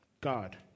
God